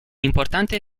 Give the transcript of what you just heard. importante